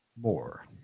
more